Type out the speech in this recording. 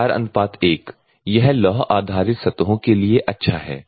4 1 यह लौह आधारित सतहों के लिए अच्छा है